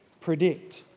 predict